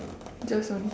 just only